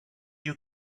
you